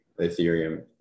Ethereum